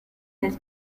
del